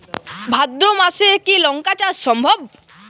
ভাদ্র মাসে কি লঙ্কা চাষ সম্ভব?